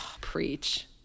Preach